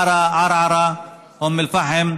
עארה, ערערה, אום אל-פחם,